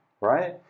right